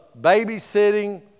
babysitting